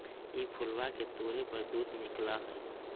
ई फूलवा के तोड़े पर दूध निकला हई